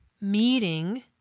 meeting